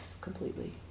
completely